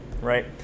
right